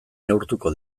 neurtuko